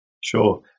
Sure